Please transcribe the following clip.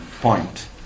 point